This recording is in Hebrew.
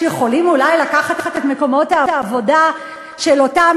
שיכולים אולי לקחת את מקומות העבודה של אותם